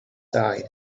side